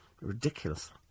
Ridiculous